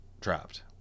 trapped